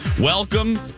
Welcome